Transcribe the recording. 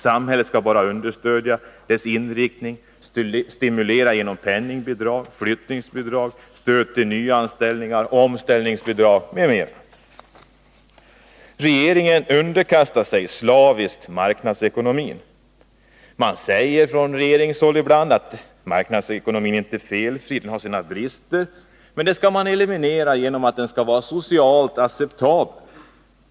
Samhället skall bara understödja dess inriktning och stimulera genom penningbidrag, flyttningsbidrag, stöd till nyanställningar, omställningsbidrag m.m. Regeringen underkastar sig slaviskt marknadsekonomin. Man säger ibland från regeringshåll att marknadsekonomin inte är felfri, att den har sina brister. Dessa brister skall man emellertid eliminera genom att göra marknadsekonomin socialt acceptabel.